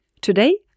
Today